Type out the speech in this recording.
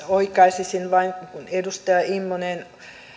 oikaisisin vain kun edustaja immonen